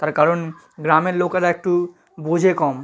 তার কারণ গ্রামের লোকেরা একটু বোঝে কম